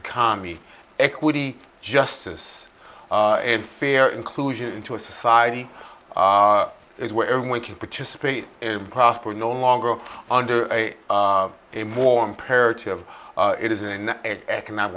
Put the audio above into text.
economy equity justice and fair inclusion into a society where everyone can participate and prosper no longer under a more imperative it is an economic